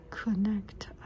connect